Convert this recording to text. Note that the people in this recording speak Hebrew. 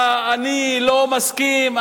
אני לא מסכים,